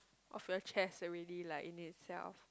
of your chest and really like in itself